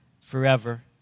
forever